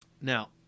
Now